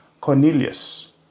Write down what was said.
Cornelius